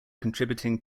contributing